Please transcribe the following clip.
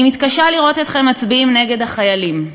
אני מתקשה לראות אתכם מצביעים נגד החיילים,